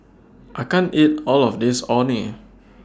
I can't eat All of This Orh Nee